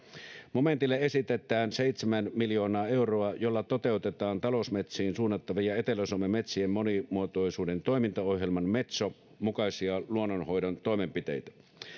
momentille esitetään seitsemän miljoonaa euroa jolla toteutetaan talousmetsiin suunnattavia etelä suomen metsien monimuotoisuuden toimintaohjelman metson mukaisia luonnonhoidon toimenpiteitä